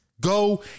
Go